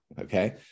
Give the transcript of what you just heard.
Okay